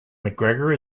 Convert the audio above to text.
mcgregor